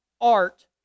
art